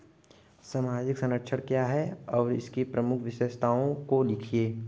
सामाजिक संरक्षण क्या है और इसकी प्रमुख विशेषताओं को लिखिए?